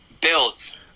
Bills